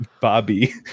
Bobby